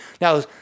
Now